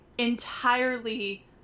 entirely